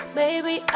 baby